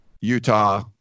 Utah